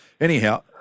Anyhow